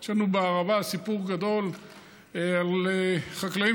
יש לנו בערבה סיפור גדול של חקלאים